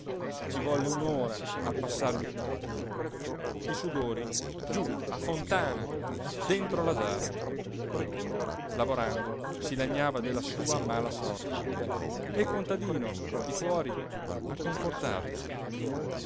ci volle un'ora a passarli tutti i sudori giù a fontana dentro la giara lavorando si lagnava della sua mala sorte e il contadino di fuori a confortarlo